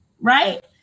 right